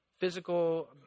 physical